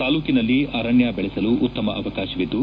ತಾಲೂಕಿನಲ್ಲಿ ಅರಣ್ಣ ಬೆಳೆಸಲು ಉತ್ತಮ ಅವಕಾಶವಿದ್ದು